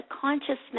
consciousness